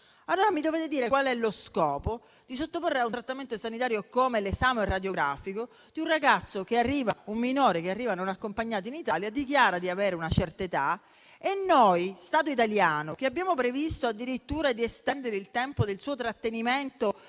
allora, qual è lo scopo di sottoporre a un trattamento sanitario come l'esame radiografico un minore che arriva non accompagnato in Italia e dichiara di avere una certa età. Lo Stato italiano, che ha previsto addirittura di estendere il tempo del suo trattenimento